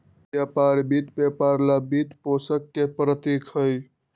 व्यापार वित्त व्यापार ला वित्तपोषण के प्रतीक हई,